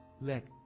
Let